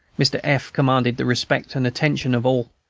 mr. f. commanded the respect and attention of all.